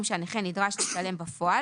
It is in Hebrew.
שלא יעלה על הסכום שהנכה נדרש לשלם בפועל,